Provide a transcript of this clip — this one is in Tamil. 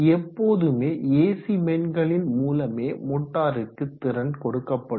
எப்போதுமே ஏசி மெயின்களின் மூலமே மோட்டாருக்கு திறன் கொடுக்கப்படும்